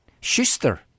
Schuster